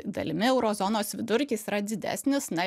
dalimi euro zonos vidurkis yra didesnis na